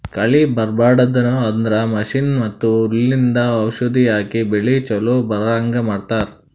ಕಳಿ ಬರ್ಬಾಡದು ಅಂದ್ರ ಮಷೀನ್ ಮತ್ತ್ ಹುಲ್ಲಿಂದು ಔಷಧ್ ಹಾಕಿ ಬೆಳಿ ಚೊಲೋ ಬರಹಂಗ್ ಮಾಡತ್ತರ್